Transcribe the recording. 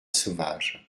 sauvage